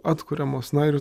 atkuriamos na ir